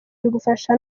bigufasha